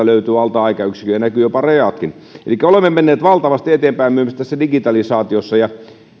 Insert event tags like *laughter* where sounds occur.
*unintelligible* löytyy alta aikayksikön ja näkyvät jopa rajatkin elikkä olemme menneet valtavasti eteenpäin myös digitalisaatiossa ja